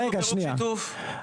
רגע, שנייה.